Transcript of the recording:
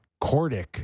Cordic